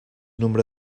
nombre